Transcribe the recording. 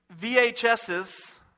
VHSs